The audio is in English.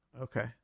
okay